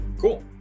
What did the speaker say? Cool